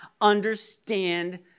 understand